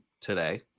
today